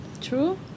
True